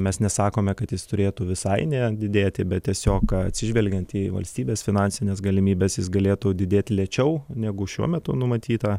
mes nesakome kad jis turėtų visai ne didėti bet tiesiog atsižvelgiant į valstybės finansines galimybes jis galėtų didėti lėčiau negu šiuo metu numatyta